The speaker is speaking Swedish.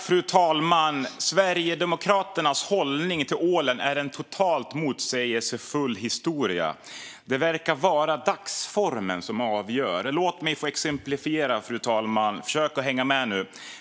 Fru talman! Sverigedemokraternas hållning till ålen är en totalt motsägelsefull historia. Det verkar vara dagsformen som avgör. Låt mig få exemplifiera, fru talman. Försök att hänga med nu!